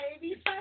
Baby